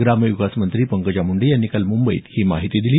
ग्रामविकास मंत्री पंकजा मुंडे यांनी काल मुंबईत ही माहिती दिली